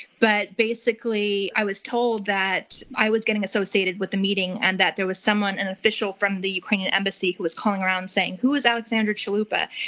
but basically, i was told that i was getting associated with the meeting, and that there was someone, an official from the ukrainian embassy, who was coming around saying, who is alexandra chalupa?